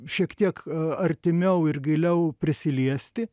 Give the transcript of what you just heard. šiek tiek artimiau ir giliau prisiliesti